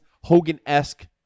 hogan-esque